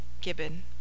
Gibbon